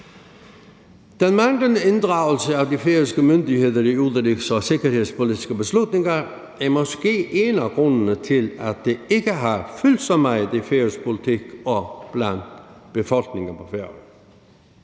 Den manglende inddragelse af de færøske myndigheder i udenrigs- og sikkerhedspolitiske beslutninger er måske en af grundene til, at det ikke har fyldt så meget i færøsk politik og i befolkningen på